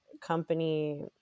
company